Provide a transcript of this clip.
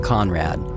Conrad